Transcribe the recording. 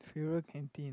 fewer canteen